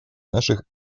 наших